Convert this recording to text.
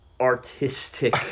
artistic